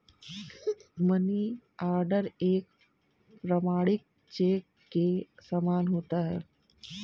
money order एक प्रमाणिक cheque के समान होता है